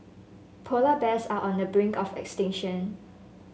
polar bears are on the brink of extinction